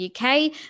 UK